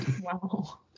Wow